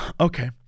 okay